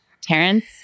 Terrence